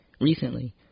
recently